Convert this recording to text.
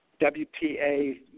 WPA